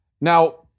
Now